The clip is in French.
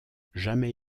jamais